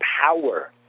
power